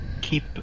keep